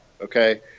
okay